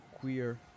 Queer